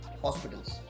hospitals